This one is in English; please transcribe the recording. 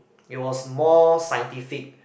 it was more scientific